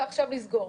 ועכשיו לסגור.